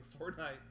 Fortnite